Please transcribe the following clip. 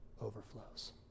overflows